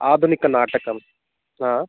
आधुनिकनाटकं हा